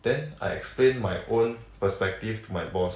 then I explain my own perspective to my boss